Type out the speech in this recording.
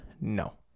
no